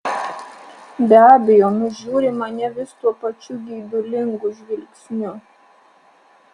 be abejo nužiūri mane vis tuo pačiu geidulingu žvilgsniu